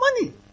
money